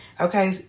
Okay